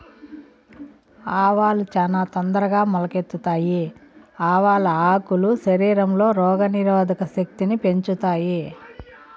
ఆవాలు చానా తొందరగా మొలకెత్తుతాయి, ఆవాల ఆకులు శరీరంలో రోగ నిరోధక శక్తిని పెంచుతాయి